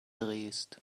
drehst